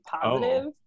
positive